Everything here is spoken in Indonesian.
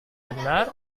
benar